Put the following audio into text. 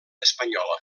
espanyola